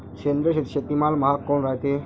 सेंद्रिय शेतीमाल महाग काऊन रायते?